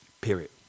period